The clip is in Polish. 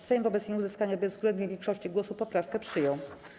Sejm wobec nieuzyskania bezwzględnej większości głosów poprawkę przyjął.